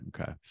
okay